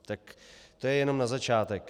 Tak to jenom na začátek.